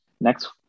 next